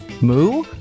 Moo